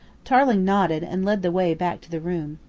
tarling nodded and led the way back to the room.